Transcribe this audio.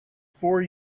four